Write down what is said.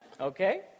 Okay